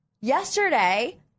Yesterday